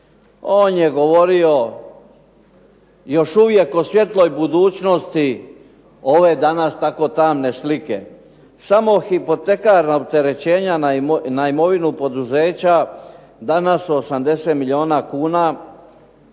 On je govorio još uvijek o svijetloj budućnosti ove danas tako tamne slike. Samo hipotekarna opterećenja na imovinu poduzeća danas su 80 milijuna kuna.